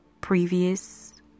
previous